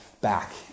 back